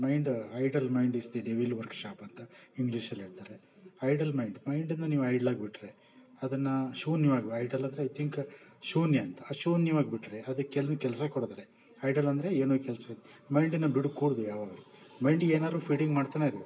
mind idle mind is the devil workshop ಅಂತ ಇಂಗ್ಲೀಷಲ್ಲಿ ಹೇಳ್ತಾರೆ ಐಡಲ್ ಮೈಂಡ್ ಮೈಂಡನ್ನು ನೀವು ಐಡಲಾಗ್ಬಿಟ್ರೆ ಅದನ್ನು ಶೂನ್ಯವಾಗಿ ಐಡಲ್ ಅಂದರೆ ಐ ಥಿಂಕ ಶೂನ್ಯ ಅಂತ ಶೂನ್ಯವಾಗ್ಬಿಟ್ರೆ ಅದಕ್ಕೇನು ಕೆಲಸ ಕೊಡ್ದಲೆ ಐಡಲ್ ಅಂದರೆ ಏನು ಕೆಲಸ ಇಲ್ಲ ಮೈಂಡನ್ನು ಬಿಡ್ಕೂಡ್ದು ಯಾವಾಗಲೂ ಮೈಂಡಿಗೆ ಏನಾದ್ರೂ ಫೀಡಿಂಗ್ ಮಾಡ್ತನೇ ಇರಬೇಕು